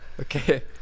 Okay